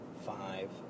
five